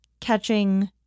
catching